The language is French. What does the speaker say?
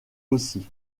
aussi